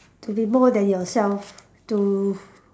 to be more than yourself to